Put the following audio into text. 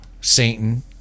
satan